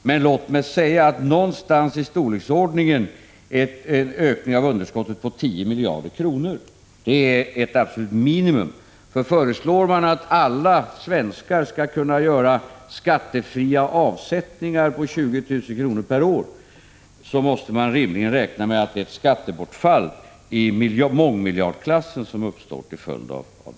Men låt mig säga att en ökning av underskottet med ett belopp i storleksordningen 10 miljarder kronor är ett absolut minimum. Föreslår man att alla svenskar skall kunna göra skattefria avsättningar på 20 000 kr. per år måste man rimligen räkna med att detta medför ett skattebortfall i mångmiljardklassen.